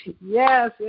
yes